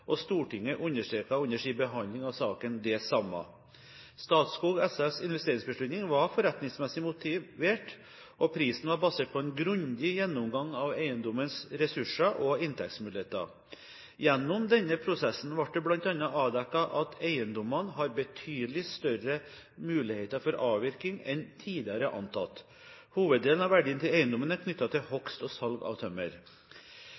og Stortinget understreket under sin behandling av saken det samme. Statskog SFs investeringsbeslutning var forretningsmessig motivert, og prisen var basert på en grundig gjennomgang av eiendommens ressurser og inntektsmuligheter. Gjennom denne prosessen ble det bl.a. avdekket at eiendommene har betydelig større muligheter for avvirkning enn tidligere antatt. Hoveddelen av verdien til eiendommene er knyttet til